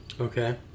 Okay